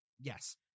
Yes